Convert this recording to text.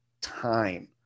time